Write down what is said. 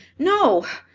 no!